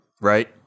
right